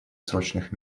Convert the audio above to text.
срочных